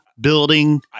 building